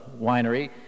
Winery